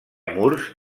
murs